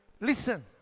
Listen